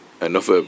enough